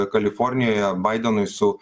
kalifornijoje baidenui su